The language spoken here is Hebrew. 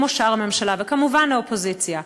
כמו שאר הממשלה וכמובן גם האופוזיציה,